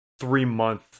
three-month